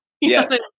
Yes